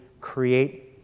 create